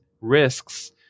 risks